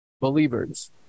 believers